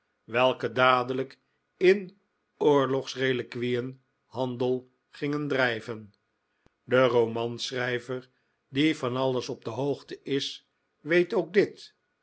welke dadelijk in oorlogsreliquieen handel gingen drijven de romanschrijver die van alles op de hoogte is weet ook dit